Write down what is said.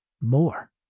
more